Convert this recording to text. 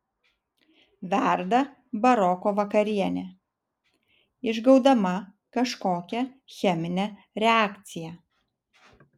verda baroko vakarienė išgaudama kažkokią cheminę reakciją